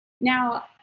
now